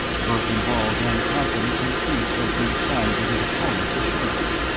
verkan vall's own confidence increased at these signs of his opponent's assurance.